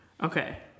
Okay